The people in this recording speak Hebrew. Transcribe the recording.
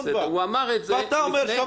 ואתה אומר: שמענו,